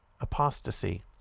apostasy